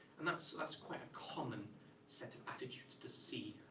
and that's that's quite a common set of attitudes to see.